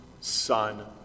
Son